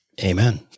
Amen